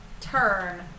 turn